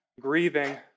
grieving